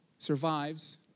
Survives